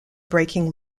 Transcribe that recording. breaking